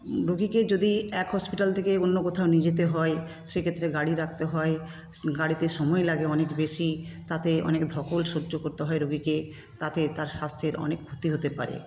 রুগীকে যদি এক হসপিটাল থেকে অন্য কোথাও নিয়ে যেতে হয় সেক্ষেত্রে গাড়ি ডাকতে হয় গাড়িতে সময় লাগে অনেক বেশি তাতে অনেক ধকল সহ্য করতে হয় রুগীকে তাতে তার স্বাস্থ্যের অনেক ক্ষতি হতে পারে